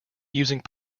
using